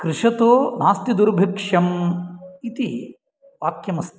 कृषतो नास्ति दुर्भिक्षम् इति वाक्यम् अस्ति